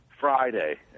Friday